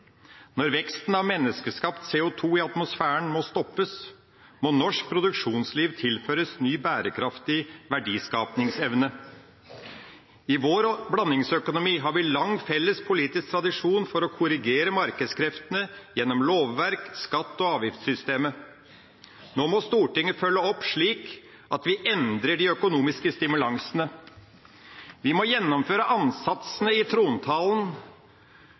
Når veksten av menneskeskapt CO2 i atmosfæren må stoppes, må norsk produksjonsliv tilføres ny, bærekraftig verdiskapingsevne. I vår blandingsøkonomi har vi lang felles politisk tradisjon for å korrigere markedskreftene gjennom lovverk og skatte- og avgiftssystemet. Nå må Stortinget følge opp, slik at vi endrer de økonomiske stimulansene. Vi må gjennomføre ansatsene i trontalen